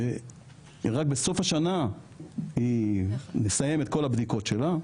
שרק בסוף השנה היא תסיים את כל הבדיקות שלה.